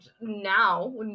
now